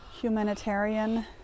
humanitarian